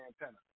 antenna